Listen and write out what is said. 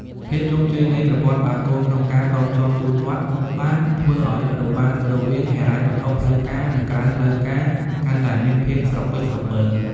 ភាពជោគជ័យនៃប្រព័ន្ធបាគងក្នុងការតភ្ជាប់ទូទាត់ បានធ្វើឱ្យ "របាំង" រវាងហិរញ្ញវត្ថុផ្លូវការ និងក្រៅផ្លូវការកាន់តែមានភាពស្រពិចស្រពិល។